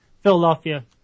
Philadelphia